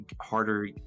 harder